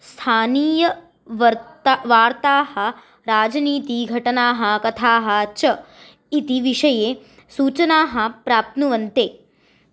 स्थानीयवार्ताः वार्ताः राजनीतिघटनाः कथाः च इति विषये सूचनां प्राप्नुवन्ति